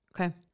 Okay